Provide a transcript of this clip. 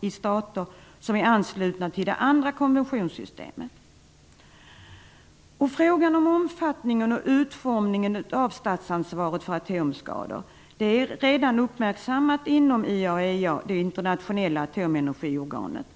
i stater som är anslutna till det andra konventionssystemet. Frågan om omfattningen och utformningen av statsansvaret för atomskador är redan uppmärksammad inom IAEA, det internationella atomenergiorganet.